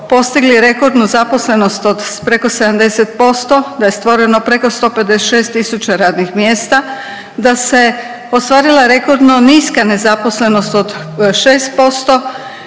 postigli rekordnu zaposlenost od preko 70%, da je stvoreno preko 156 tisuća radnih mjesta, da se ostvarila rekordno niska nezaposlenost od 6%,